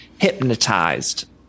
hypnotized